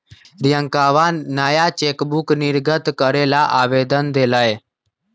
रियंकवा नया चेकबुक निर्गत करे ला आवेदन देलय